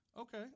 okay